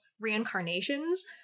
reincarnations